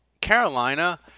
Carolina